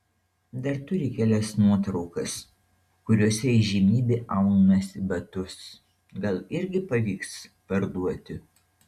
dar turi kelias nuotraukas kuriose įžymybė aunasi batus gal irgi pavyks parduoti